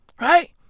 Right